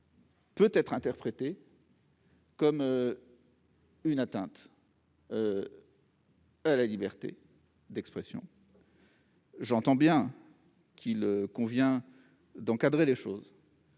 peut être interprété comme une atteinte à la liberté d'expression. Je l'entends bien, il convient d'encadrer les choses,